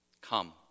Come